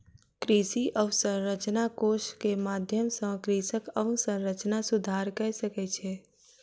कृषि अवसंरचना कोष के माध्यम सॅ कृषक अवसंरचना सुधार कय सकै छै